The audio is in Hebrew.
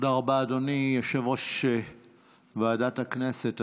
תודה רבה, אדוני יושב-ראש ועדת הכנסת.